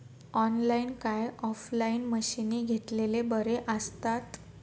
Online काय offline मशीनी घेतलेले बरे आसतात?